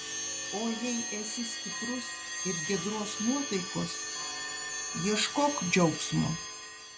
o jei esi stiprus ir giedros nuotaikos ieškok džiaugsmo